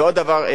ועוד דבר,